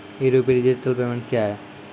ई rupee digital payment क्या हैं?